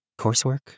Coursework